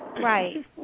Right